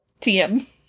TM